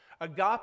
Agape